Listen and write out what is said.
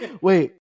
wait